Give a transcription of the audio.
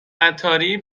عطاری